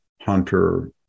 Hunter